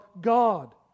God